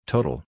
Total